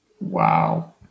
Wow